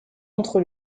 entre